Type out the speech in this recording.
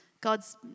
God's